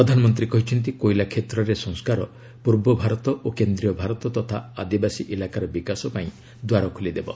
ପ୍ରଧାନମନ୍ତ୍ରୀ କହିଛନ୍ତି କୋଇଲା କ୍ଷେତ୍ରରେ ସଂସ୍କାର ପୂର୍ବ ଭାରତ ଓ କେନ୍ଦ୍ରୀୟ ଭାରତ ତଥା ଆଦିବାସୀ ଇଲାକାର ବିକାଶ ପାଇଁ ଦ୍ୱାର ଖୋଲିଦେବ